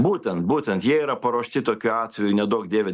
būtent būtent jie yra paruošti tokiu atveju neduok dieve